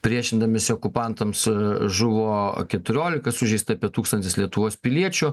priešindamiesi okupantams žuvo keturiolika sužeista apie tūkstantis lietuvos piliečių